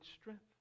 strength